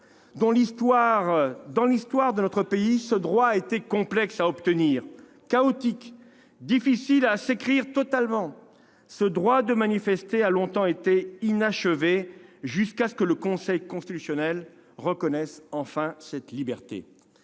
Dans l'histoire de notre pays, ce droit a été complexe à obtenir, chaotique, difficile à s'écrire totalement. Ce droit de manifester a longtemps été inachevé, jusqu'à ce que le Conseil constitutionnel reconnaisse enfin cette liberté.